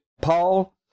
Paul